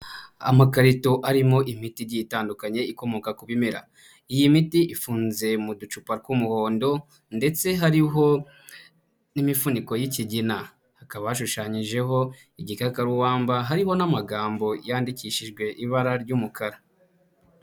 Amakarito arimo imiti igiye itandukanye ikomoka ku bimera. Iyi miti ifunze mu ducupa tw'umuhondo ndetse hariho n'imifuniko y'ikigina, hakaba hashushanyijeho igikakarubamba harimo n'amagambo yandikishijwe ibara ry'umukara.